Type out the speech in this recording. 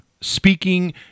Speaking